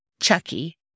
Chucky